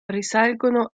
risalgono